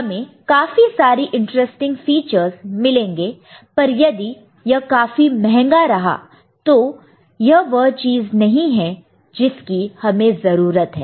हमें काफी सारी इंटरेस्टिंग फीचर्स मिलेंगे पर यदि यह काफी महंगा रहा तो यह वह चीज नहीं है जिसकी हमें जरूरत है